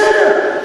בסדר.